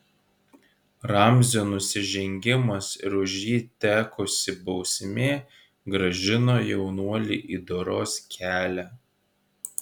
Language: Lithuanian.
ramzio nusižengimas ir už jį tekusi bausmė grąžino jaunuolį į doros kelią